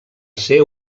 ser